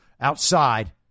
outside